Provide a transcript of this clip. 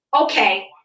okay